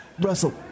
Russell